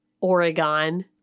oregon